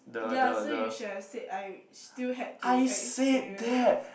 ya so you should have said I still had to experience